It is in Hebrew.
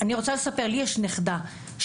יש לי נכדה,